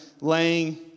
laying